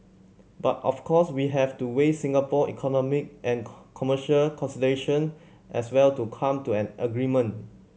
but of course we have to weigh Singapore economic and commercial consideration as well to come to an agreement